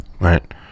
Right